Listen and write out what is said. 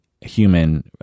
human